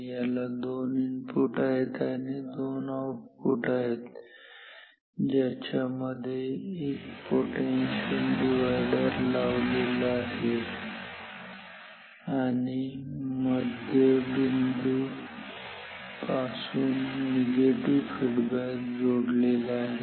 याला दोन इनपुट आहेत आणि 2 आउटपुट आहे ज्याच्या मध्ये एक पोटेन्शिअल डिव्हायडर लावलेला आहे आणि मध्यबिंदू पासून निगेटिव्ह फीडबॅक जोडलेला आहे